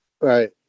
Right